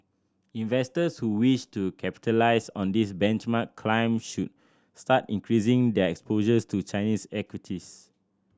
investors who wish to capitalise on this benchmark climb should start increasing their exposures to Chinese equities